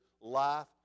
life